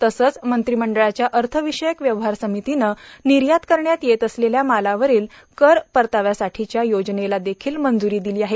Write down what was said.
तसंच मंत्रीमंडळाच्या अर्थविषयक व्यवहार समितीनं निर्यात करण्यात येत असलेल्या मालावरील कर परताव्यासाठीच्या योजनेला देखील मंज़्री दिली आहे